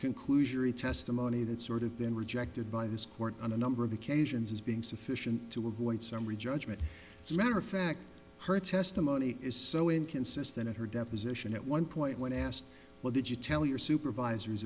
conclusion of testimony that sort of been rejected by this court on a number of occasions as being sufficient to avoid summary judgment as a matter of fact her testimony is so inconsistent at her deposition at one point when asked what did you tell your supervisors